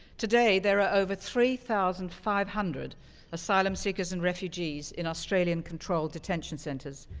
today, there are over three thousand five hundred asylum seekers and refugees in australian controlled detention centers.